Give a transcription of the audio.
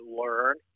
learn